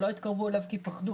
שלא התקרבו אליי כי פחדו.